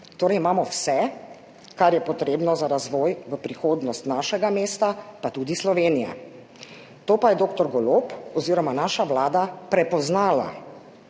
Torej, imamo vse, kar je potrebno za razvoj prihodnosti našega mesta, pa tudi Slovenije. To pa je dr. Golob oziroma naša vlada prepoznala,